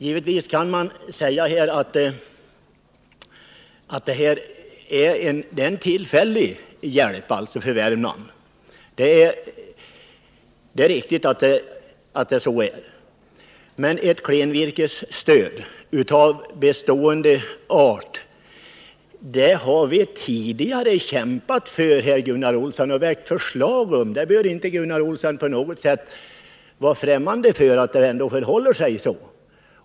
Givetvis kan man säga att detta är en tillfällig hjälp för Värmland — det är riktigt. Men ett klenvirkesstöd av bestående art har vi tidigare kämpat för här, Gunnar Olsson, och väckt förslag om. Att det förhåller sig så bör inte på något sätt vara främmande för Gunnar Olsson.